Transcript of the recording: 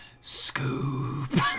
Scoop